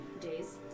days